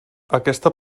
aquesta